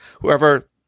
whoever